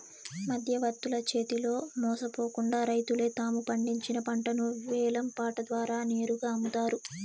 మధ్యవర్తుల చేతిలో మోసపోకుండా రైతులే తాము పండించిన పంటను వేలం పాట ద్వారా నేరుగా అమ్ముతారు